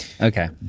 Okay